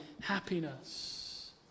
happiness